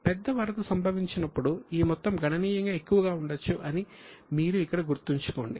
పెద్ద వరద సంభవించినప్పుడు ఈ మొత్తం గణనీయంగా ఎక్కువగా ఉండొచ్చు అని మీరు ఇక్కడ గుర్తుంచుకోండి